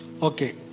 Okay